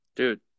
Dude